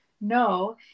no